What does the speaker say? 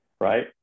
right